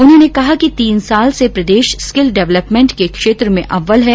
उन्होंने कहा कि तीन साल से प्रदेश स्किल डवलपमेंट के क्षेत्र में अव्यल है